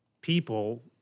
people